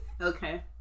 Okay